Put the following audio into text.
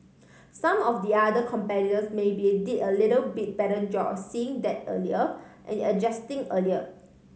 some of the other competitors maybe did a little bit better job of seeing that earlier and adjusting earlier